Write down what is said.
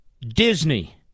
Disney